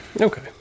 Okay